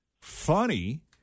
funny